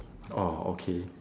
oh okay